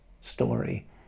story